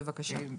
בבקשה.